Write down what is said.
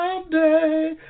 someday